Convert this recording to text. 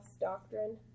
doctrine